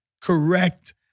correct